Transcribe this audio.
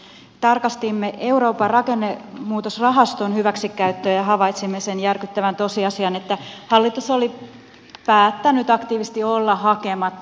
todellakin tarkastimme euroopan rakennemuutosrahaston hyväksikäyttöä ja havaitsimme sen järkyttävän tosiasian että hallitus oli päättänyt aktiivisesti olla hakematta rahoja